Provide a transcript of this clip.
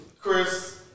Chris